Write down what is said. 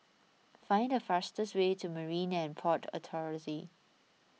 find the fastest way to Marine and Port Authority